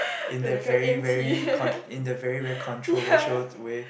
in that very very con~ in that very very controversial way